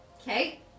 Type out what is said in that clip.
Okay